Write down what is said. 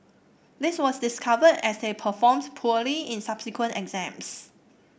this was discovered as they performs poorly in subsequent exams